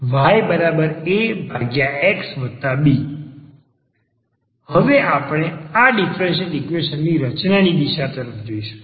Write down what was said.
yAxB હવે આપણે આ ડીફરન્સીયલ ઈક્વેશન ની રચના ની દિશા તરફ જઈશું